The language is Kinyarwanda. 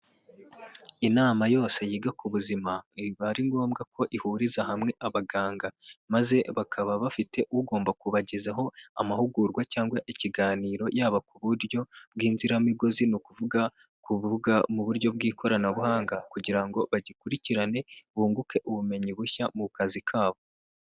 Inama yose yiga ku buzima iba ari ngombwa ko ihuriza hamwe abaganga maze bakaba bafite ugomba kubagezaho amahugurwa cyangwa ikiganiro yaba ku buryo bw'inziramigozi ni ukuvuga kuvuga mu buryo bw'ikoranabuhanga kugira ngo bagikurikirane, bunguke ubumenyi bushya mu kazi kabo.